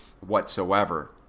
whatsoever